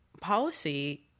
policy